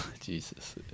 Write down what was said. jesus